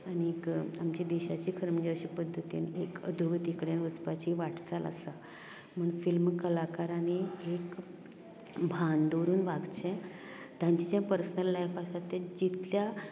आनीक आमचे देशाची खरें म्हणजे अशें पद्दतीन एक अधोगती कडेन वचपाची वाटचाल आसा म्हण फिल्म कलाकारांनी एक भान दवरून वागचें तांचें जें पर्सनल लायफ आसा तें जितल्या